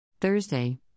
Thursday